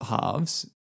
halves